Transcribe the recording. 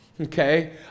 Okay